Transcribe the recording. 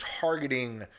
targeting